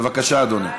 בבקשה, אדוני.